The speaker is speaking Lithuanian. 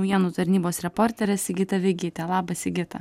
naujienų tarnybos reporterė sigita vegytė labas sigita